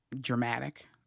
dramatic